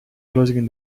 closing